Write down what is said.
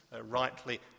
rightly